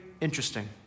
interesting